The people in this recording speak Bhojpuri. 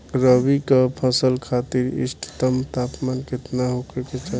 रबी क फसल खातिर इष्टतम तापमान केतना होखे के चाही?